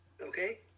Okay